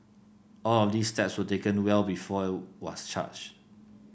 all of these steps were taken well before was charged